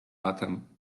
latem